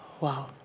Wow